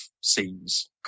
scenes